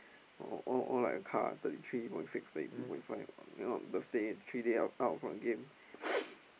all all all like a car thirty three point six thirty two point five you know Thursday three day out out from the game